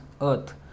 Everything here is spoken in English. earth